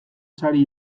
sari